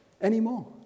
anymore